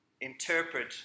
interpret